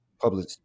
public